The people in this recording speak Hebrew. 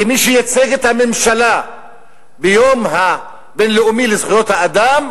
כמי שייצג את הממשלה ביום הבין-לאומי לזכויות האדם,